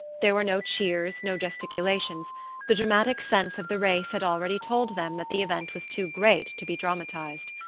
there were no cheers, no gesticulations the dramatic sense of the race had already told them that the event was too great to be dramatized.